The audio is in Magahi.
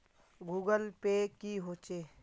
गूगल पै की होचे?